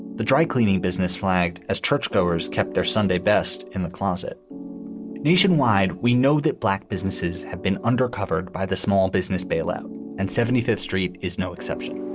the dry cleaning business flagged as churchgoers, kept their sunday best in the closet nationwide. we know that black businesses have been under covered by the small business bailout and seventy fifth street is no exception